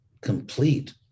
complete